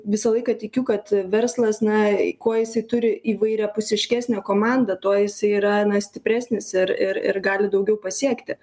visą laiką tikiu kad verslas na kuo jisai turi įvairiapusiškesnę komandą tuo jisai yra na stipresnis ir ir ir gali daugiau pasiekti